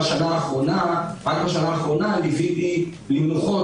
רק בשנה האחרונה אני ליוויתי למנוחות